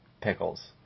pickles